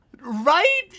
Right